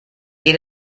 geht